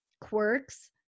quirks